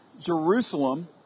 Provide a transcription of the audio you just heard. Jerusalem